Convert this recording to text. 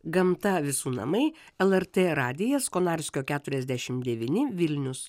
gamta visų namai lrt radijas konarskio keturiasdešim devyni vilnius